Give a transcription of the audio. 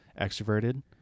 Extroverted